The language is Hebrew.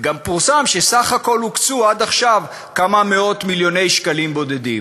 וגם פורסם שסך הכול הוקצו עד עכשיו כמה מאות-מיליוני שקלים בלבד.